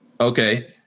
okay